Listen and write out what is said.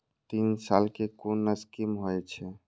तीन साल कै कुन स्कीम होय छै?